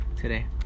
Today